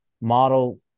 model